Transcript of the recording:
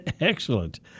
excellent